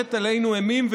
שמהלכת עלינו אימים.